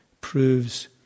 proves